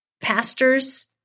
pastors